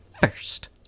first